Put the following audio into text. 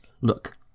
Look